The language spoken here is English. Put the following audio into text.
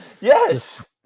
Yes